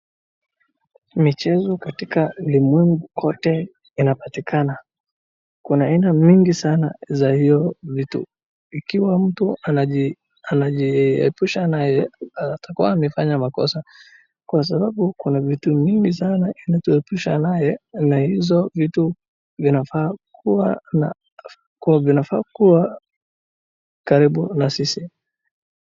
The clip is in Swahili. Michezo katika uliwengu kote inapatikana, kuna aina mingi sana za hiyo vitu, ikiwa mtu anaji anajiepusha naye atakuwa anafanya makosa kwa sababu kuna vitu mingi sana anachoepusha naye na hizo vitu zinafaa kuwa na kuwa zinafaa kuwa karibu na sisi.